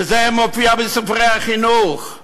וזה מופיע בספרי החינוך,